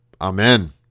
amen